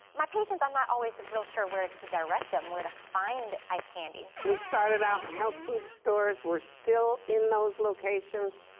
my patients are not always real sure where to direct them where to find ice candy. we started out in health food stores. we're still in those locations.